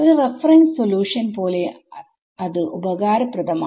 ഒരു reference solution പോലെ അത് ഉപകാരപ്രദമാണ്